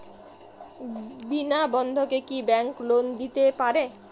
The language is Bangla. বিনা বন্ধকে কি ব্যাঙ্ক লোন দিতে পারে?